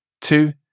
Two